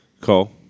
Cole